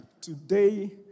Today